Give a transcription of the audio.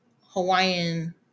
Hawaiian